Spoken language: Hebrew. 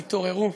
תתעוררו.